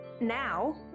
now